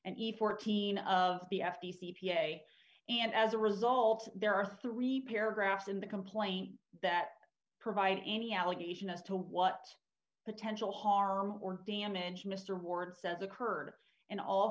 eve fourteen of the f t c p a and as a result there are three paragraphs in the complaint that provide any allegation as to what potential harm or damage mr ward says occurred in all